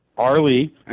Arlie